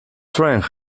trend